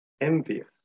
envious